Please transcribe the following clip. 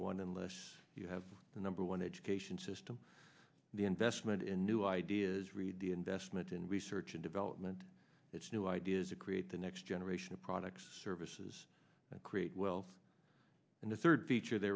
one unless you have the number one education system the investment in new ideas read the investment in research and development its new ideas to create the next generation of products services that create wealth in the third feature they